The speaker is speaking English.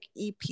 EP